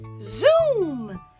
Zoom